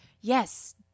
Yes